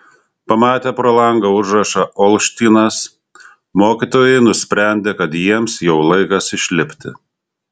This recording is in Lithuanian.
pamatę pro langą užrašą olštynas mokytojai nusprendė kad jiems jau laikas išlipti